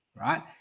right